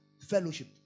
Fellowship